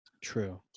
True